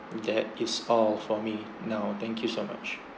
that is all for me now thank you so much